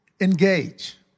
engage